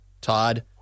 Todd